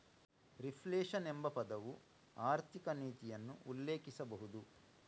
reflation ಎಂಬ ಪದವು ಆರ್ಥಿಕ ನೀತಿಯನ್ನು ಉಲ್ಲೇಖಿಸಬಹುದು